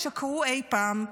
ישקרו אי-פעם.